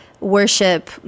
worship